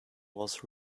was